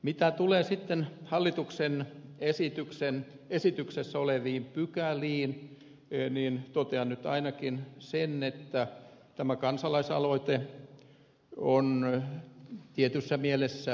mitä tulee sitten hallituksen esityksessä oleviin pykäliin niin totean nyt ainakin sen että tämä kansalaisaloite on tietyssä mielessä hyvä